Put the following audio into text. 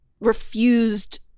Refused